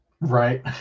Right